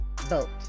vote